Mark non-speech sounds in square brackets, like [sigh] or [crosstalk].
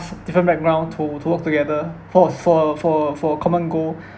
different background to to work together for a for a for a for a common goal [breath]